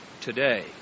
today